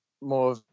more